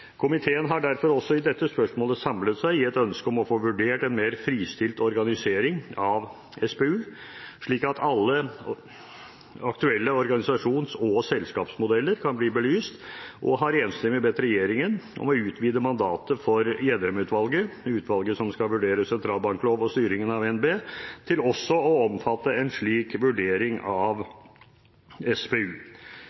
Komiteen har derfor også i dette spørsmålet samlet seg i et ønske om å få vurdert en mer fristilt organisering av SPU, slik at alle aktuelle organisasjons- og selskapsmodeller kan bli belyst, og har enstemmig bedt regjeringen om å utvide mandatet for Gjedrem-utvalget – utvalget som skal vurdere sentralbankloven og styringen av Norges Bank – til også å omfatte en slik vurdering av